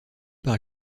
par